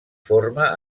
forma